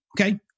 Okay